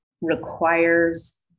requires